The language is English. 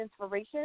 inspiration